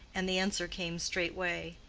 and the answer came straightway.